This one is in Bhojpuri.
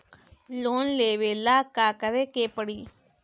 लोन लेबे ला का करे के पड़ी?